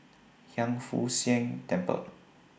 Hiang Foo Siang Temple